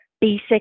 basic